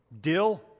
dill